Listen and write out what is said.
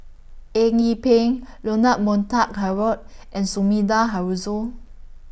Eng Yee Peng Leonard Montague Harrod and Sumida Haruzo